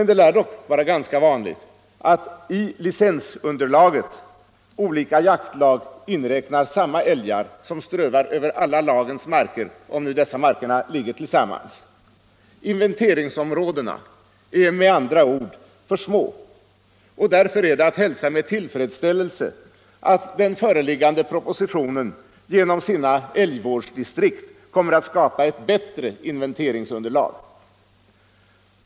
Det lär dock vara ganska vanligt, att olika jaktlag i licensunderlaget inräknar samma älgar, som strövar över alla lags marker, om dessa marker ligger tillsammans. Inventeringsområdena är med andra ord för små, och därför är det att hälsa med tillfredsställelse att den föreliggande propositionen genom sina älgvårdsdistrikt kommer att skapa ett bättre inventeringsunderlag.